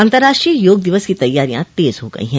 अंतर्राष्ट्रीय योग दिवस की तैयारियां तेज हो गई हैं